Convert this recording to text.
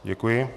Děkuji.